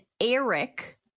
Eric